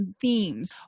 themes